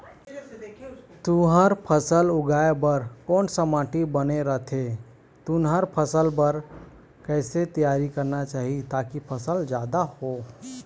तुंहर फसल उगाए बार कोन सा माटी बने रथे तुंहर फसल बार कैसे तियारी करना चाही ताकि फसल जादा हो?